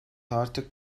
artık